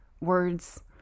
words